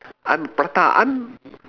I'm prata I'm